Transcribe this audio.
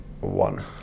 One